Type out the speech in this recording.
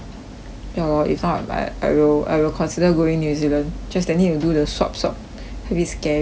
ya lor if not but I will I will consider going new zealand just that need to do the swab swab a bit scary ah